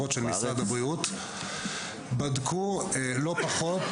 הכשרות של משרד הבריאות ובדקו לא פחות